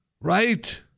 Right